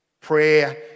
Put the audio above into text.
Prayer